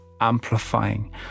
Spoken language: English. amplifying